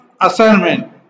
assignment